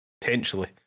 potentially